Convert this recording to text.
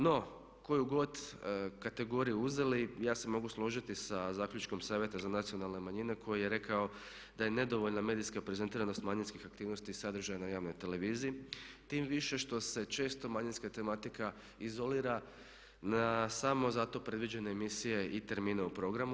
No, koju god kategoriju uzeli ja se mogu složiti sa zaključkom Savjeta za nacionalne manjine koji je rekao da je nedovoljna medijska prezentiranost manjinskih aktivnosti sadržana u javnoj televiziji tim više što se često manjinska tematika izolira na samo za to predviđene emisije i termine u programu.